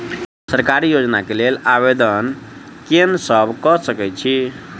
सरकारी योजना केँ लेल आवेदन केँ सब कऽ सकैत अछि?